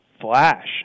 flash